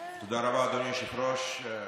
אדוני היושב-ראש.